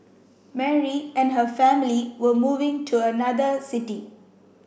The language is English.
Mary and her family were moving to another city